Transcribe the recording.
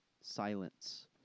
silence